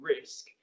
risk